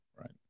Right